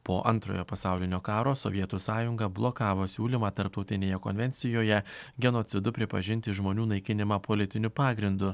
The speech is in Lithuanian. po antrojo pasaulinio karo sovietų sąjunga blokavo siūlymą tarptautinėje konvencijoje genocidu pripažinti žmonių naikinimą politiniu pagrindu